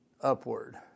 Upward